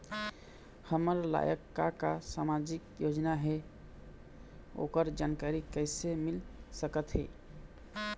हमर लायक का का सामाजिक योजना हे, ओकर जानकारी कइसे मील सकत हे?